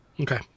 Okay